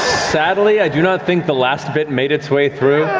sadly, i do not think the last bit made its way through.